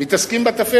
מתעסקים בטפל.